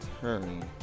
turn